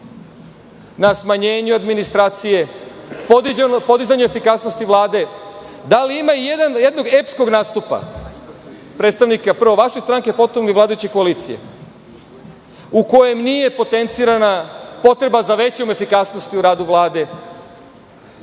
na smanjenju administracije, podizanja efikasnosti Vlade? Da li ima i jednog epskog nastupa predstavnika, prvo, vaše stranke, potom vladajuće koalicije, u kojem nije potencirana potreba za većom efikasnosti u radu Vlade,